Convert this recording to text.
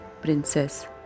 princess